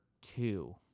two